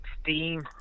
steam